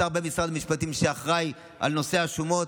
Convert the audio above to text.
השר במשרד המשפטים שאחראי על נושא השומות,